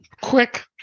quick